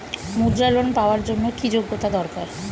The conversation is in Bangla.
মুদ্রা লোন পাওয়ার জন্য কি যোগ্যতা দরকার?